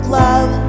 love